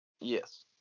yes